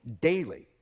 daily